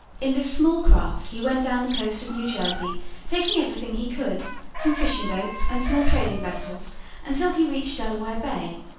in this small craft he went down the coast of new jersey taking everything he could from fishing boats and small trading vessels until he reached delaware bay,